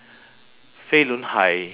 fei lun hai